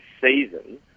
season